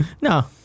No